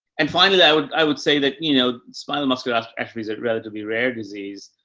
and finally i would, i would say that, you know, spinal muscular atrophy is a relatively rare disease.